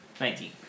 Nineteen